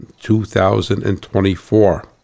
2024